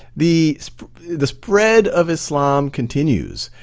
the so the spread of islam continues.